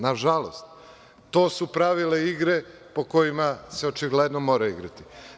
Nažalost, to su pravila igre po kojima se očigledno mora igrati.